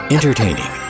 Entertaining